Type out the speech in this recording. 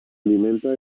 alimenta